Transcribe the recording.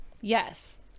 Yes